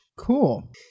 Cool